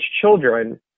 children